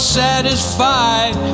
satisfied